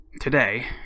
today